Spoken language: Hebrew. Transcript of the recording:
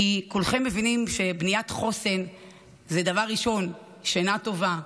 כולכם מבינים שבניית חוסן זה דבר ראשון שינה טובה,